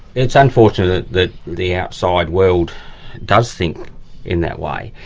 it's unfortunate that the outside world does think in that way.